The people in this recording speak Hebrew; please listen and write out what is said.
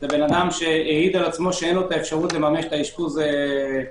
ואדם שהעיד על עצמו שאין לו האפשרות לממש את האשפוז בבית,